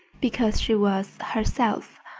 because she was, herself.